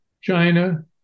China